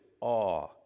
awe